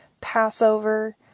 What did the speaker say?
Passover